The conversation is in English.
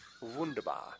Wunderbar